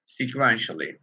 sequentially